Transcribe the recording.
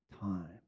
time